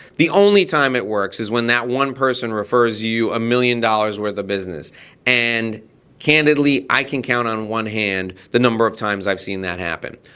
the only time it works is when that one person refers you a million dollars worth of business and candidly, i can count on one hand the number of times i've seen that happened.